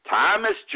Thomas